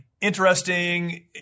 interesting